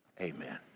Amen